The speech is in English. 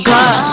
God